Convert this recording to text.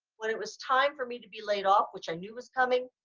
when it was time for me to be laid off, which i knew was coming,